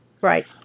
right